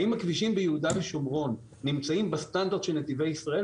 האם הכבישים ביהודה ושומרון נמצאים בסטנדרט של נתיבי ישראל,